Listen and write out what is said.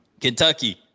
Kentucky